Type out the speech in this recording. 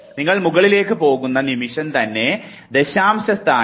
നിങ്ങൾ മുകളിലേക്ക് പോകുന്ന നിമിഷം തന്നെ ദശാംശസ്ഥാനം 2